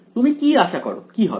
তুমি কি আশা করো কি হবে